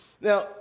Now